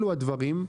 אלו הדברים.